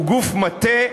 הוא גוף מטה,